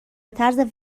طرز